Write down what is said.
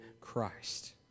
Christ